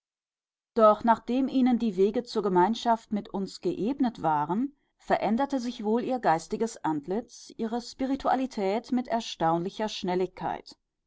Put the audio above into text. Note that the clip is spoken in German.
doch nachdem ihnen die wege zur gemeinschaft mit uns geebnet waren veränderte sich wohl ihr geistiges antlitz ihre spiritualität mit erstaunlicher schnelligkeit